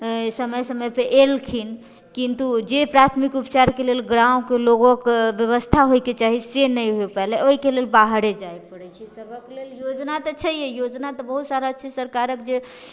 समय समयपर अएलखिन किन्तु जे प्राथमिक उपचारके लेल गाँवके लोकके बेबस्था होइके चाही से नहि होइ पएले ओहिके लेल बाहरे जाइ पड़ै छै सबके लेल योजना तऽ छैए योजना तऽ बहुत सारा छै सरकारके